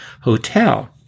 Hotel